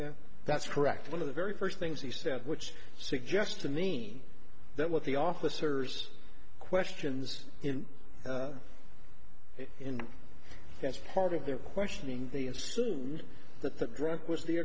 that that's correct one of the very first things he said which suggests to me that what the officers questions in that's part of their questioning the assume that the drunk was the